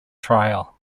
trial